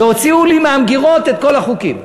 והוציאו לי מהמגירות את כל החוקים,